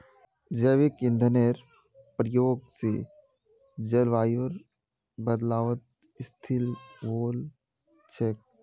जैविक ईंधनेर प्रयोग स जलवायुर बदलावत स्थिल वोल छेक